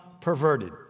perverted